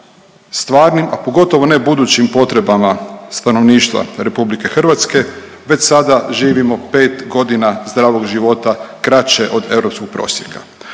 stvarnim, a pogotovo ne budućim potrebama stanovništva RH, već sada živimo pet godina zdravog života kraće od europskog prosjeka.